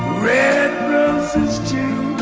red roses too